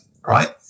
right